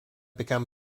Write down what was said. become